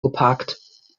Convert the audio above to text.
geparkt